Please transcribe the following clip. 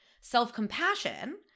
Self-compassion